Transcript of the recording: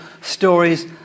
stories